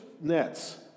nets